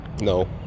no